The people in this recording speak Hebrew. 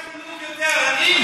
מי יודע חילוק יותר, אני או לפיד?